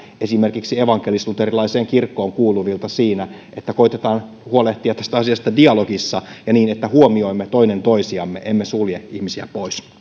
esimerkiksi teiltä evankelisluterilaiseen kirkkoon kuuluvilta siinä että koetetaan huolehtia tästä asiasta dialogissa ja niin että huomioimme toinen toisiamme emme sulje ihmisiä pois